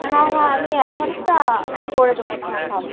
হ্যাঁ হ্যাঁ আমি অ্যাডভান্সটা করে দোবো না হোক